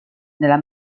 nella